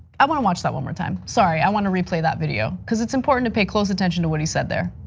i want to watch that one more time. sorry, i want to replay that video. cuz it's important to play close attention to what he said there.